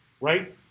right